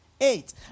eight